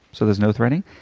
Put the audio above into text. so there's no threading.